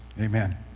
Amen